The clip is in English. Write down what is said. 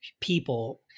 people